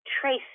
Tracy